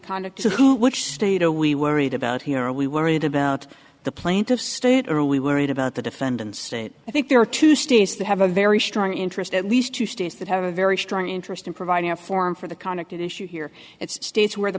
conduct which state oh we worried about here are we worried about the plaintiffs state are we worried about the defendant state i think there are two states that have a very strong interest at least two states that have a very strong interest in providing a forum for the conduct issue here it's states where the